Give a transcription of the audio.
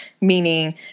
meaning